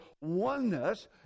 oneness